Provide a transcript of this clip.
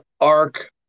arc